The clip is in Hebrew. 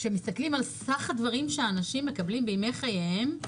כשמסתכלים על סך הדברים שאנשים מקבלים בימי חייהם,